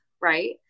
right